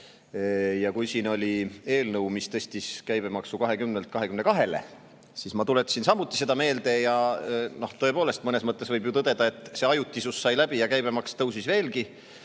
Ja kui siin oli eelnõu, mis tõstis käibemaksu 20%‑lt 22%‑le, siis ma tuletasin samuti seda meelde ja tõepoolest, mõnes mõttes võib ju tõdeda, et see ajutisus sai läbi, ja käibemaks tõusis veelgi.